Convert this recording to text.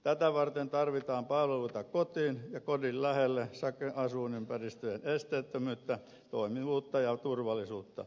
tätä varten tarvitaan palveluita kotiin ja kodin lähelle sekä asuinympäristöjen esteettömyyttä toimivuutta ja turvallisuutta